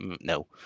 no